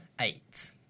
eight